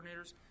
coordinators